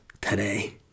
today